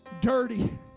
dirty